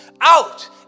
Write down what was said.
out